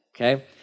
Okay